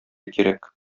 кирәк